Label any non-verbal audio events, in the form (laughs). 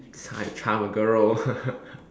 that's how you charm a girl (laughs)